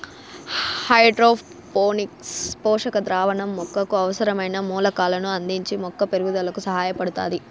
hydroponics పోషక ద్రావణం మొక్కకు అవసరమైన మూలకాలను అందించి మొక్క పెరుగుదలకు సహాయపడుతాది